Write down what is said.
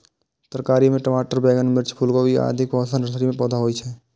तरकारी मे टमाटर, बैंगन, मिर्च, फूलगोभी, आदिक पौधा नर्सरी मे तैयार होइ छै